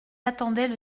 attendaient